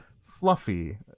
fluffy